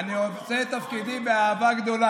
הממשלה החליטה לשלוח אותך כשעיר לעזאזל,